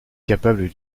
capable